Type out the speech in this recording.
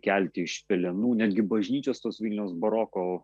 kelti iš pelenų netgi bažnyčios tos vilniaus baroko